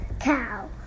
Cow